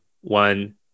one